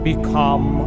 Become